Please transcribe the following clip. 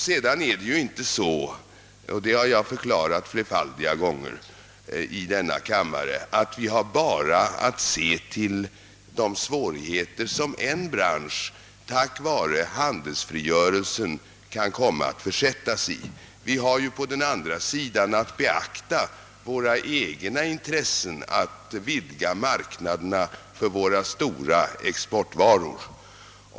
Vidare har vi inte — och det har jag förklarat flerfaldiga gånger i denna kammare — endast att se till de svårigheter som en bransch kan komma att försättas i på grund av handelsfrigörelsen. Vi måste också beakta våra egna intressen av att vidga marknaderna för våra stora exportvaror.